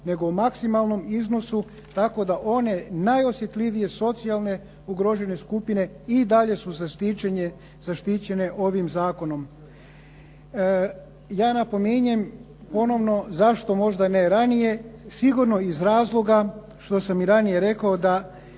nego o maksimalnom iznosu tako da one najosjetljivije socijalne ugrožene skupine i dalje su zaštićene ovim zakonom. Ja napominjem ponovno zašto možda ne ranije, sigurno iz razloga što sam i ranije rekao da